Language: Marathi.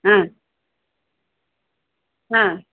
हां हां